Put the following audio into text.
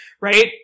Right